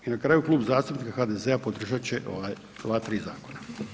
I na kraju Klub zastupnika HDZ-a podržati će ova tri zakona.